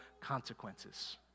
consequences